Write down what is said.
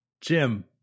Jim